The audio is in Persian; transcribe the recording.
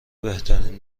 بهترین